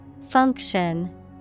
Function